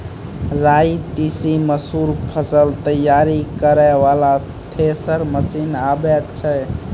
राई तीसी मसूर फसल तैयारी करै वाला थेसर मसीन आबै छै?